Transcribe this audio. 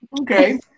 Okay